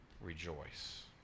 rejoice